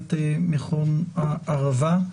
סמנכ"לית מכון הערבה.